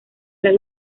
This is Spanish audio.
las